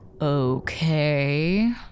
Okay